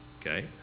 Okay